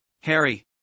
Harry